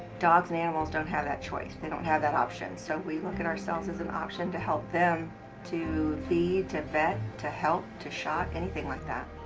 dogs and animals don't have that choice. they don't have that option. so we look at ourselves as an option to help them to feed to vet to help to shop anything like that.